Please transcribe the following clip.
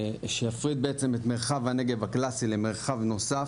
שיפריד את מרחב הנגב הקלאסי למרחב נוסף,